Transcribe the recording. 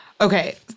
Okay